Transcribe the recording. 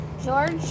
George